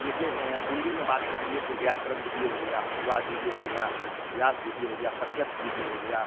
जैसे हिन्दी में बात करेंगे तो व्याकरण विधी हो गया अनुवाद विधी हो गया व्यास विधी हो गया प्रत्यक्ष विधी हो गया